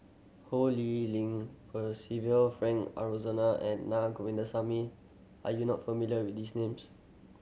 Ho Lee Ling Percival Frank Aroozoo and Naa Govindasamy are you not familiar with these names